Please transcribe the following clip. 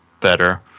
better